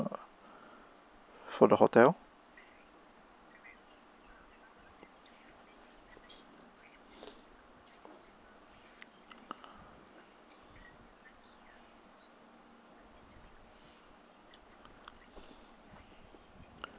for the hotel